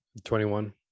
21